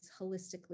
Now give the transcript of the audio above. holistically